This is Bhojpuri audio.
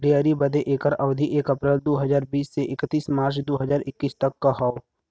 डेयरी बदे एकर अवधी एक अप्रैल दू हज़ार बीस से इकतीस मार्च दू हज़ार इक्कीस तक क हौ